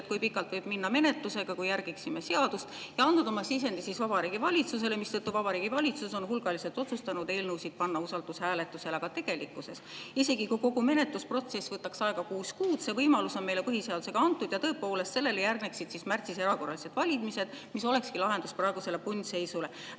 kui pikalt võib minna menetlusega, kui järgiksime seadust, ja andnud oma sisendi Vabariigi Valitsusele, mistõttu Vabariigi Valitsus on otsustanud hulga eelnõusid panna usaldushääletusele. Aga tegelikkuses, isegi kui kogu menetlusprotsess võtaks aega kuus kuud, see võimalus on meile põhiseadusega antud ja tõepoolest, sellele järgneksid märtsis erakorralised valimised, mis olekski lahendus praegusele punnseisule.